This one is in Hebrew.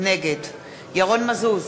נגד ירון מזוז,